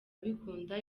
abikunda